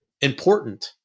important